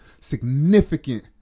significant